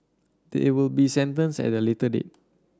they will be sentenced at a later date